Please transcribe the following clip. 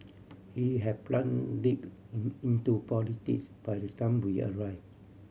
he had plunge deep in into politics by the time we arrive